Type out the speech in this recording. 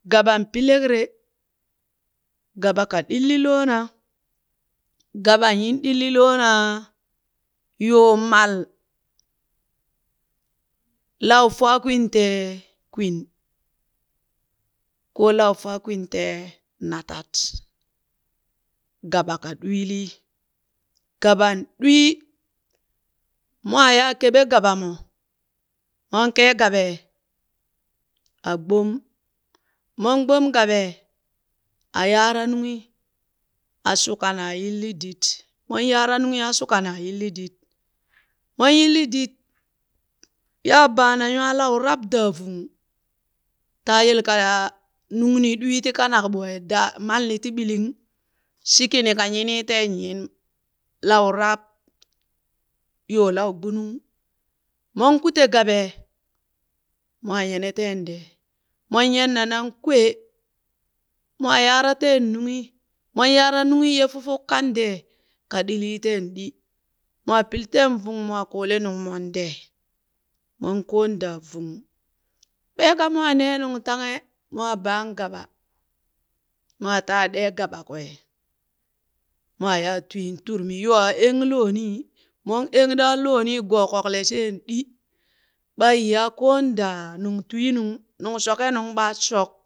Gaɓanka ɗilli loona, gaban yin ɗilli loona, yoon mal, lau faakwin tee kwin ko lau faakwin tee natad gaba ka ɗwiilii. Gaban ɗwii, mwaa yaa keɓe gaba mo mon kee gabee, a gbom, mon gbom gabee a yaara nunghi, a shukana a yilli dit, mon yaara nunghi a shukana a yilli dit. Mon yilli dit yaa baana nywaa lau rab daa vung taa yelaka aa nungni ɗwii ti kanak ɓwee daa mal ni ti ɓiling, shi kini ka nyini teen nyin lau rab yoo lau gbunung mon kute gabee, mwaa nyene teen dee, mon nyenna nan kwee, mwaa yaara teen nunghi mon yaara nunghi ye fufuk kan dee ka ɗilii teen ɗi mwaa pili vung mwaa kole nungmon dee mon koon daa vung, ɓee ka mwaa nee nungtanghe mwaa baan gaba, mwaa taa ɗee gaba kwee mwaa yaa twii turmi yoo aa engheen loo Nii, mong eng ɗaa lonii kokle sheen ɗi ɓaa ye ya koon daa nungtwiinung, nung shokenung ɓaa shok.